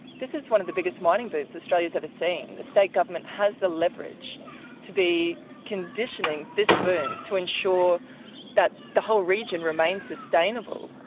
this is one of the biggest mining booms australia's ever seen. the state government has the leverage to be conditioning this boom to ensure that the whole region remains sustainable